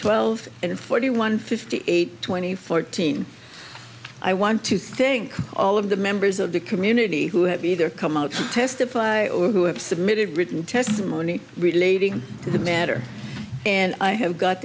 twelve and forty one fifty eight twenty fourteen i want to thank all of the members of the community who have either come out testify or who have submitted written testimony relating to the matter and i have got